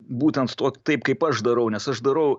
būtent tuo taip kaip aš darau nes aš darau